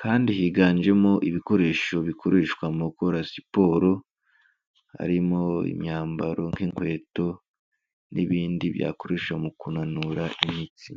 Kandi higanjemo ibikoresho bikoreshwa mu gukora siporo, harimo imyambaro nk'inkweto n'ibindi byakoreshwa mu kunanura imitsi.